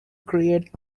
create